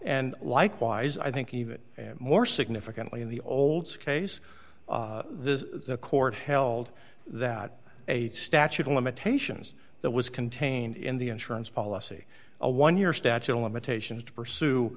and likewise i think even more significantly in the olds case the court held that a statute of limitations that was contained in the insurance policy a one year statute of limitations to pursue